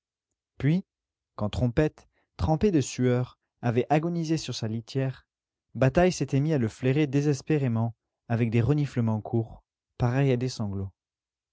puis quand trompette trempé de sueur avait agonisé sur sa litière bataille s'était mis à le flairer désespérément avec des reniflements courts pareils à des sanglots